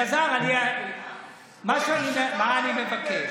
אלעזר, מה אני מבקש?